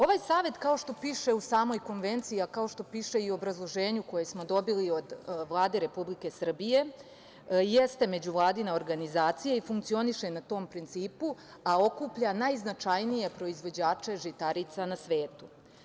Ovaj Savet, kao što piše u samoj Konvenciji, a kao što piše u obrazloženju koji smo dobili od Vlade Republike Srbije, jeste međuvladina organizacija i funkcioniše na tom principu, a okuplja najznačajnije proizvođače žitarica na svetu.